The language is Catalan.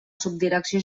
subdirecció